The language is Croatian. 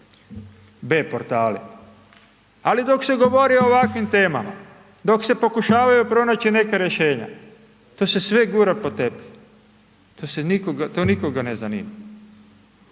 B-portali. Ali dok se govori o ovakvim temama, dok se pokušavaju pronaći neka rješenja, to se sve gura pod tepih, to nikoga ne zanima.